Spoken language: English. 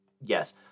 Yes